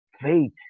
Faith